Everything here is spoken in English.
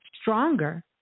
stronger